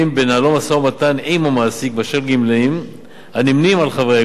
בנהלו משא-ומתן עם המעסיק באשר לגמלאים הנמנים עם חברי הארגון,